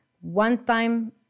one-time